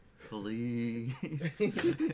Please